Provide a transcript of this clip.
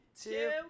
two